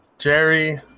Jerry